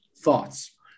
thoughts